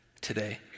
today